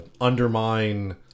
undermine